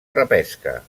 repesca